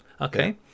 okay